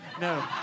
No